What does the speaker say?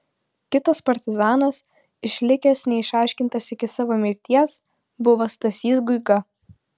kitas partizanas išlikęs neišaiškintas iki savo mirties buvo stasys guiga